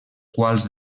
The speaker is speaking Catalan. quals